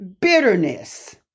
bitterness